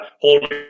hold